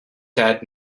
dead